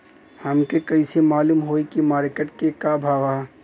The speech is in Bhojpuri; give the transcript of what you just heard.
हमके कइसे मालूम होई की मार्केट के का भाव ह?